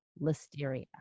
Listeria